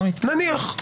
נניח.